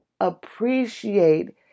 appreciate